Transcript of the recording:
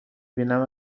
بینم